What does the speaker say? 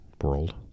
world